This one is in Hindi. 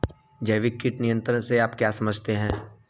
जैविक कीट नियंत्रण से आप क्या समझते हैं?